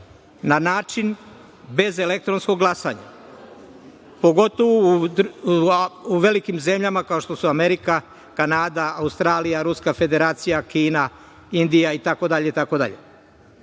na način bez elektronskog glasanja, pogotovo u velikim zemljama kao što su Amerika, Kanada, Australija, Ruska Federacija, Kina, Indija itd.